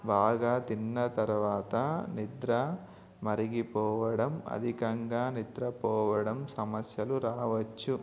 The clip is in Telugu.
బాగా తిన్న తర్వాత నిద్ర మరిగిపోవడం అధికంగా నిద్రపోవడం సమస్యలు రావచ్చు